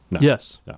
Yes